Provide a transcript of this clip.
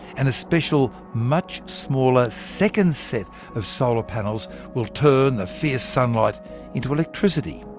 and a special much smaller second set of solar panels will turn the fierce sunlight into electricity.